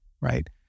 right